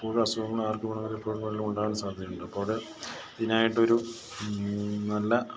എപ്പോഴും അസുഖങ്ങൾ ആർക്കുവേണമെങ്കിലും എപ്പോൾവേണമെങ്കിലും ഉണ്ടാകാൻ സാധ്യതയുണ്ട് അപ്പോൾ അത് ഇതിനായിട്ടൊരു നല്ല